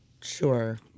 Sure